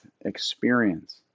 experience